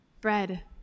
bread